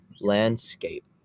landscape